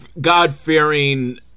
God-fearing